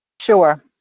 Sure